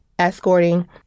Escorting